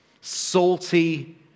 salty